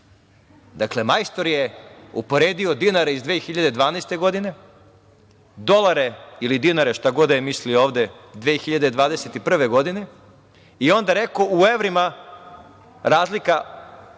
evrima. Majstor je uporedio dinare iz 2012. godine, dolare ili dinare, šta god da je mislio ovde, 2021. godine i onda rekao u evrima razlika